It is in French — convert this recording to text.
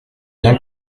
bien